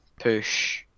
push